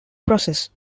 process